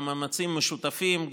במאמצים משותפים,